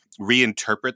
reinterpret